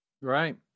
Right